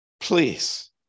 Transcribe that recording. Please